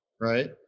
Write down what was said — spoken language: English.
right